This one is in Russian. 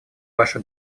ваша